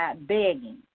begging